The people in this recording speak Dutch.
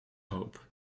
hoop